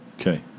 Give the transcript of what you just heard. Okay